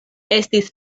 estis